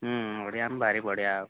ଓଡ଼ିଆ ଆମେ ଭାରି ବଢ଼ିଆ